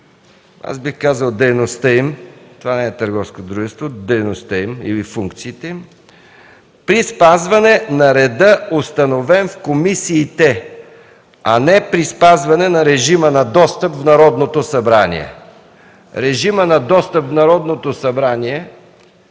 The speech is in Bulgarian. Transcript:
аз бих казал „дейността им”, това не е търговско дружество, „дейността им” или „функциите им” – „при спазване на реда, установен в комисиите”, а не при „спазване режима на достъп до Народното събрание”. Режимът на достъп до Народното събрание